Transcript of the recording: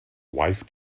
wife